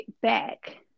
back